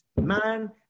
Man